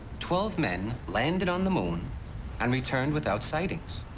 twelve men landed on the moon and returned without sightings.